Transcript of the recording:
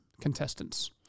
contestants